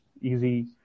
easy